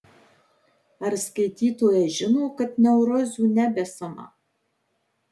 ar skaitytojas žino kad neurozių nebesama